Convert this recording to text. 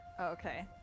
okay